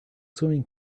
swimming